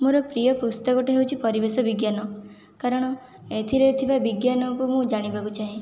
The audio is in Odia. ମୋର ପ୍ରିୟ ପୁସ୍ତକଟି ହେଉଛି ପରିବେଶ ବିଜ୍ଞାନ କାରଣ ଏଥିରେ ଥିବା ବିଜ୍ଞାନକୁ ମୁଁ ଜାଣିବାକୁ ଚାହେଁ